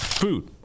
food